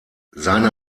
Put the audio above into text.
seine